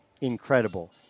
incredible